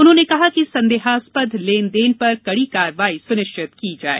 उन्होंने कहा कि संदेहास्पद लेन देन पर कड़ी कार्यवाही सुनिश्चित की जाये